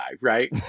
right